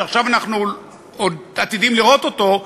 שעכשיו אנחנו עוד עתידים לראות אותו,